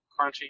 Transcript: Crunchy